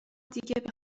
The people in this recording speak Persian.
دیگه